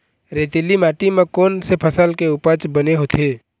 रेतीली माटी म कोन से फसल के उपज बने होथे?